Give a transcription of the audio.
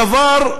הדבר,